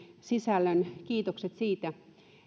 sisällön kiitokset siitä